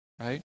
right